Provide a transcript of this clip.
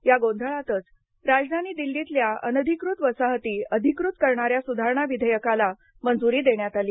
या गोंधळातच राजधानी दिल्लीतल्या अनधिकृत वसाहती अधिकृत करणाऱ्या सुधारणा विधेयकाला मंजूरी दिली